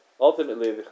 ultimately